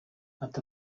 ati